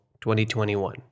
2021